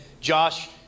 Josh